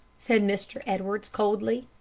said mr. edwards, coldly.